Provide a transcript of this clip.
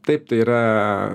taip tai yra